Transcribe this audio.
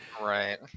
right